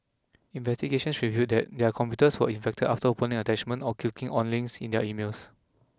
investigations revealed that their computers were infected after opening attachments or clicking on links in their emails